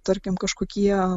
tarkim kažkokie